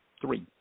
Three